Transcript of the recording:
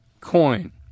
coin